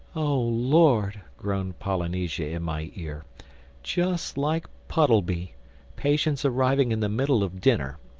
oh lord! groaned polynesia in my ear just like puddleby patients arriving in the middle of dinner.